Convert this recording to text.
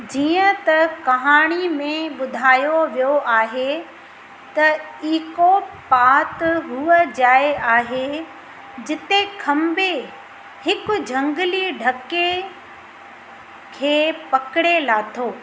जीअं त कहाणी में ॿुधायो वियो आहे त ईको पाति हूअ जाइ आहे जिते खंबे हिकु झंगली ढके खे पकिड़े लाथो